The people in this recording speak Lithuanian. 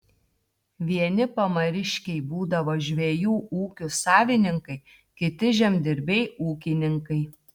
vieni pamariškiai būdavo žvejų ūkių savininkai kiti žemdirbiai ūkininkai